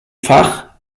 fach